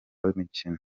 w’imikino